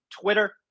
Twitter